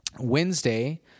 Wednesday